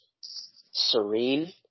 serene